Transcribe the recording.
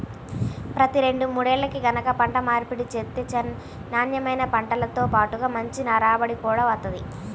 ప్రతి రెండు మూడేల్లకి గనక పంట మార్పిడి చేత్తే నాన్నెమైన పంటతో బాటుగా మంచి రాబడి గూడా వత్తది